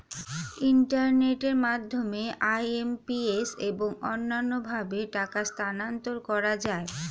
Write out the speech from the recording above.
ইন্টারনেটের মাধ্যমে আই.এম.পি.এস এবং অন্যান্য ভাবে টাকা স্থানান্তর করা যায়